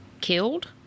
killed